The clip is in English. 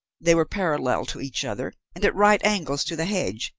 they were parallel to each other, and at right angles to the hedge,